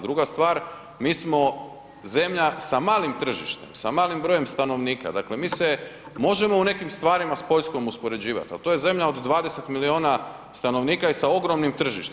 Druga stvar mi smo zemlja sa malim tržištem, sa malim brojem stanovnika, dakle mi se možemo u nekim stvarima s Poljskom uspoređivati, ali to je zemlja od 20 miliona stanovnika i sa ogromnim tržištem.